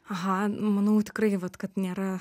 aha manau tikrai vat kad nėra